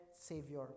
Savior